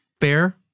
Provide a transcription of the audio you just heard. fair